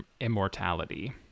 immortality